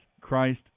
Christ